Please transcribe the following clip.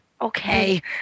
Okay